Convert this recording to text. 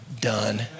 done